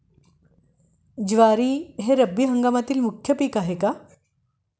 ज्वारी हे रब्बी हंगामातील मुख्य पीक आहे का?